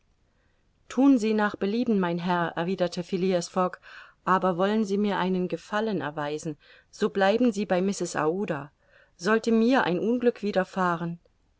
thun sie nach belieben mein herr erwiderte phileas fogg aber wollen sie mir einen gefallen erweisen so bleiben sie bei mrs aouda sollte mir ein unglück widerfahren